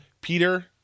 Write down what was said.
Peter